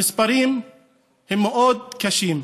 המספרים הם מאוד קשים.